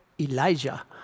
Elijah